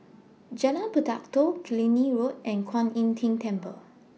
Jalan Pelatok Killiney Road and Kuan Im Tng Temple